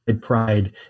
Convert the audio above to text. pride